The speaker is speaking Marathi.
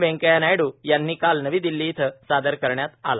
वेंकव्या नायडू यांना काल नवी दिल्ली इथं सादर करण्यात आला